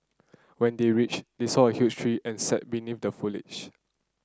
when they reached they saw a huge tree and sat beneath the foliage